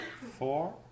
four